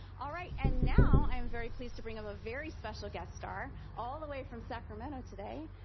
all right and now i am very pleased to bring up a very special guest star, all the way from sacramento today.